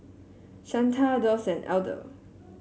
Shanta Doss and Elder